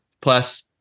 plus